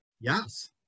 yes